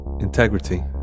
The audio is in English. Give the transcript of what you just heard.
Integrity